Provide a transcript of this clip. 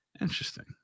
interesting